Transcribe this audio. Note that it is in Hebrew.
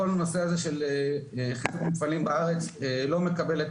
כל הנושא הזה של מפעלים בארץ לא מקבל את